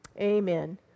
Amen